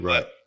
Right